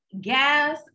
gas